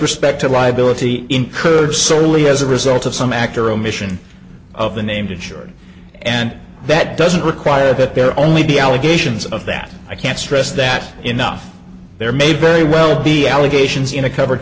respect to liability incurred solely as a result of some act or omission of the named insured and that doesn't require that there only be allegations of that i can't stress that enough there may very well be allegations in a cover